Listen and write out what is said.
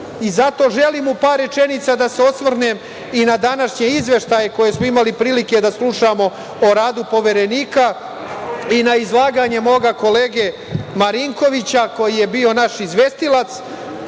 želim u par rečenica da se osvrnem i na današnje izveštaje koje smo imali prilike da slušamo o radu poverenika i na izlaganje mog kolege Marinkovića, koji je bio naš izvestilac,